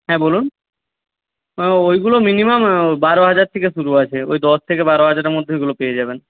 হ্যাঁ বলুন ওইগুলো মিনিমাম বারো হাজার থেকে শুরু আছে ওই দশ থেকে বারো হাজারের মধ্যে ওইগুলো পেয়ে যাবেন